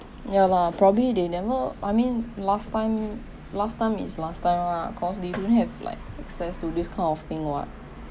ya lah probably they never I mean last time last time is last time lah cause they don't have like access to this kind of thing what